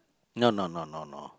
no no no no no